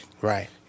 right